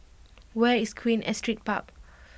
where is Queen Astrid Park